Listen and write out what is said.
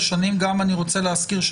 שנים של קורונה,